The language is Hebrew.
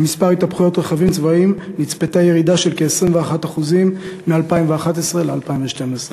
במספר ההתהפכויות של רכבים צבאיים נצפתה ירידה של כ-21% מ-2011 ל-2012.